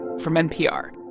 from npr.